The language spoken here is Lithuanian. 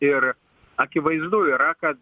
ir akivaizdu yra kad